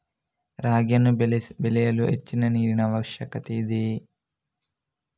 ರಾಗಿಯನ್ನು ಬೆಳೆಯಲು ಹೆಚ್ಚಿನ ನೀರಿನ ಅವಶ್ಯಕತೆ ಇದೆಯೇ?